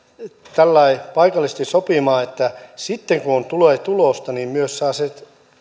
tällä lailla paikallisesti sopimaan että sitten kun tulee tulosta sitten myös saa se